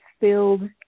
filled